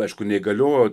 aišku neįgaliojo